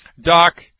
Doc